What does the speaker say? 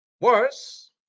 Worse